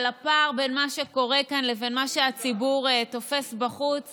על הפער בין מה שקורה כאן לבין מה שהציבור תופס בחוץ,